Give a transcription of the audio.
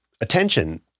attention